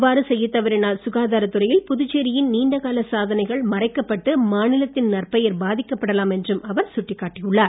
அவ்வாறு செய்யத் தவறினால் சுகாதாரத் துறையில் புதுச்சேரி யின் நீண்ட கால சாதனைகள் மறைக்கப் பட்டு மாநிலத்தின் நற்பெயர் பாதிக்கப்படலாம் என்றும் அவர் சுட்டிக் காட்டியுள்ளார்